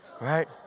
right